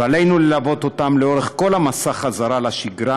ועלינו ללוות אותם לאורך כל המסע חזרה לשגרה,